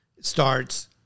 starts